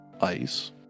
ice